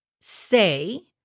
say